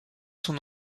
son